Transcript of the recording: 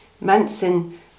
Manson